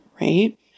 right